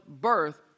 birth